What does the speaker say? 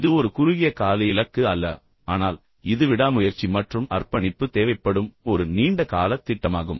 இது ஒரு குறுகிய கால இலக்கு அல்ல ஆனால் இது விடாமுயற்சி மற்றும் அர்ப்பணிப்பு தேவைப்படும் ஒரு நீண்ட கால திட்டமாகும்